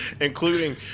including